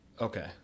Okay